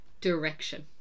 direction